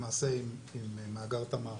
למעשה עם מאגר תמר